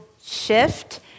shift